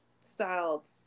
styled